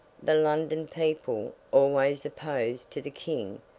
the london people, always opposed to the king,